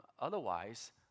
Otherwise